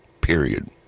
period